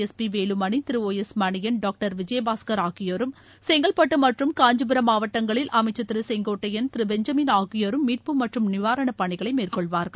எஸ்பிவேலுமணி திருஒஎஸ்மணியன் doctor Vijayabaskar ஆகியோரும் செங்கல்பட்டு மற்றம் காஞ்சிபுரம் மாவட்டங்களில் அமைச்சர் திரு செங்கோட்டையன் திரு பெஞ்சமின் ஆகியோரும் மீட்பு மற்றும் நிவாரணப் பணிகளை மேற்கொள்வார்கள்